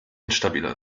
instabiler